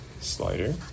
slider